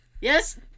Yes